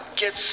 get